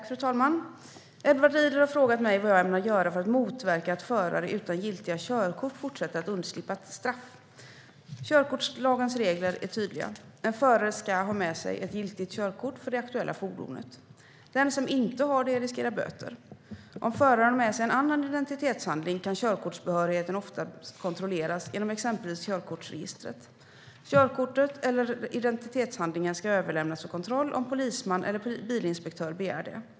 Fru talman! Edward Riedl har frågat mig vad jag ämnar göra för att motverka att förare utan giltiga körkort fortsätter att undslippa straff. Körkortslagens regler är tydliga. En förare ska ha med sig ett giltigt körkort för det aktuella fordonet. Den som inte har det riskerar böter. Om föraren har med sig en annan identitetshandling kan körkortsbehörigheten oftast kontrolleras genom exempelvis körkortsregistret. Körkortet eller en identitetshandling ska överlämnas för kontroll om polisman eller bilinspektör begär det.